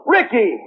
Ricky